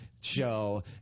show